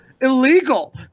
illegal